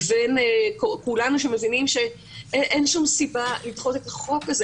לבין כולנו שמבינים שאין שום סיבה לדחות את החוק הזה,